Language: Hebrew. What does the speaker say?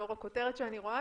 לאור הכותרת שאני רואה,